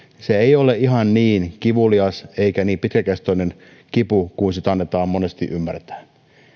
se ei ole ihan niin kivulias eikä niin pitkäkestoinen kipu kuin monesti annetaan ymmärtää